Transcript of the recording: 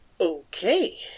Okay